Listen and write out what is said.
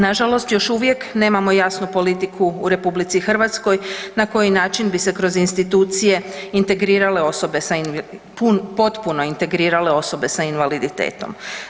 Nažalost još uvijek nemamo jasnu politiku u RH na koji način bi se kroz institucije integrirale osobe sa, potpuno integrirale osobe sa invaliditetom.